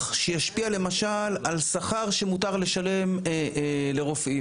שישפיע למשל על שכר שמותר לשלם לרופאים,